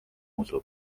usub